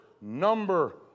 number